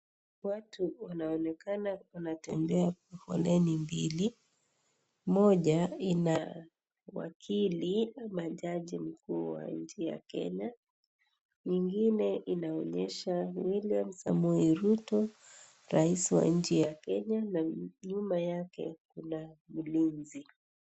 Watu wanaonekana wanatembea kwa foleni mbili, moja ina wakili ama jaji mkuu wa nchi ya Kenya, nyingine inaonyesha William Samoei Ruto, rais wa nchi ya Kenya na nyuma yake kuna ulinzi.